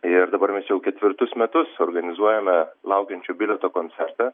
ir dabar mes jau ketvirtus metus organizuojame laukiančio bilieto koncertą